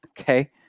Okay